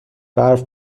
برف